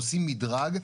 עושים מדרג.